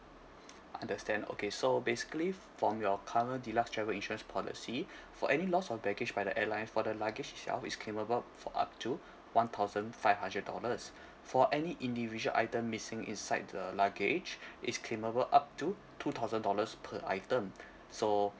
understand okay so basically from your current deluxe travel insurance policy for any loss of baggage by the airline for the luggage itself is claimable for up to one thousand five hundred dollars for any individual item missing inside the luggage is claimable up to two thousand dollars per item so